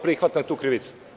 Prihvatam tu krivicu.